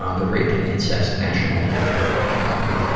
um the rain and incest national network. and the, ah,